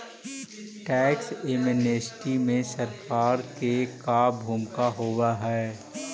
tax amnesty में सरकार के का भूमिका होव हई